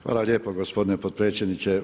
Hvala lijepo gospodine potpredsjedniče.